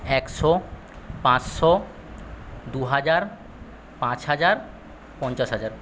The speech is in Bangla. একশো পাঁচশো দু হাজার পাঁচ হাজার পঞ্চাশ হাজার